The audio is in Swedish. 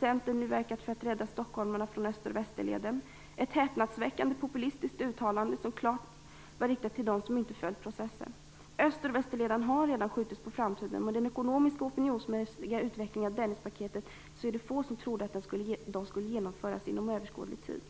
Centern nu verkat för att rädda stockholmarna från Öster och Västerleden. Detta var ett häpnadsväckande populistiskt uttalande, klart riktat till dem som inte följt processen. Öster och Västerleden har redan skjutits på framtiden. Med den ekonomiska och opinionsmässiga utvecklingen av Dennispaketet är det få som trodde att de skulle genomföras inom överskådlig tid.